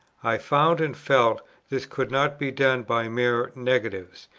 i found and felt this could not be done by mere negatives.